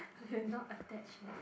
we were not attached yet